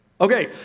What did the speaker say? Okay